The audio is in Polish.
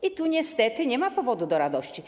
I tu niestety nie ma powodu do radości.